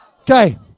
Okay